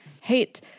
hate